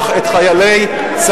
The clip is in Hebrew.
בישראל.